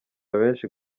benshi